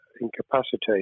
incapacitated